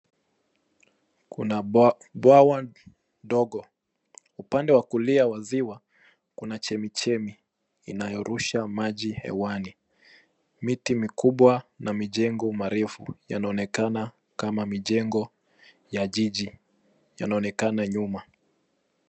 Kuna bwawa ndogo. Upande wa kulia wa ziwa kuna chemichemi inayorusha maji hewani. Miti mikubwa na mijengo marefu yanaonekana kama majengo ya jiji yanaonekana nyuma.